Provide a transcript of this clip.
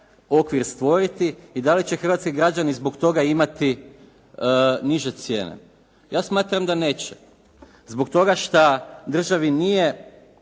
okvir stvoriti i da li će hrvatski građani zbog toga imati niže cijene? Ja smatram da neće zbog toga što državi nije